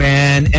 Man